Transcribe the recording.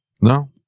No